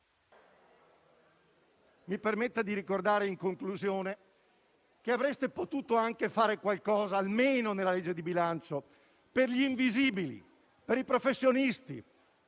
mi permetta di ricordare in conclusione che avreste potuto anche fare qualcosa, almeno nella legge di bilancio, per gli invisibili e per i professionisti.